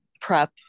prep